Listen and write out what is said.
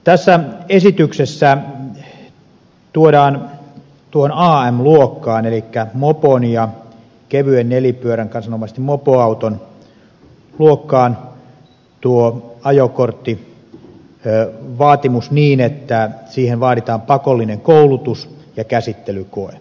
tässä esityksessä tuodaan tuohon am luokkaan elikkä mopon ja kevyen nelipyörän kansanomaisesti mopoauton luokkaan ajokorttivaatimus niin että siihen vaaditaan pakollinen koulutus ja käsittelykoe